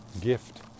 gift